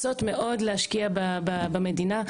רוצות מאוד להשקיע במדינה.